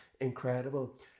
incredible